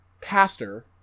pastor